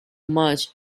much